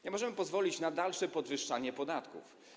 Nie możemy pozwolić na dalsze podwyższanie podatków.